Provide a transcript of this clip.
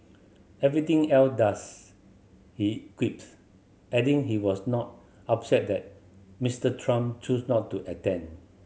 everything else does he quips adding he was not upset that Mister Trump choose not to attend